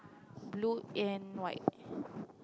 blue and white